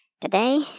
Today